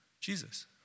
Jesus